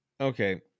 Okay